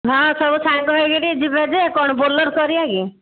ହଁ ସବୁ ସାଙ୍ଗ ହେଇକିରି ଯିବା ଯେ କ'ଣ ବୋଲେରୋ କରିବା କି